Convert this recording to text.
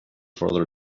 further